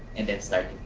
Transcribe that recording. and then start